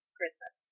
Christmas